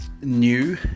new